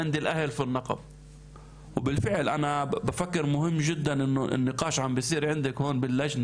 והפשע הזה מתמשך במיוחד אצל האנשים בנגב.